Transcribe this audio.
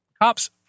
Cops